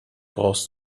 brauchst